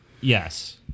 yes